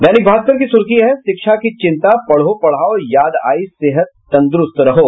दैनिक भास्कर की सुर्खी है शिक्षा की चिंता पढ़ो पढ़ाओ याद आई सेहत तदंरूत रहो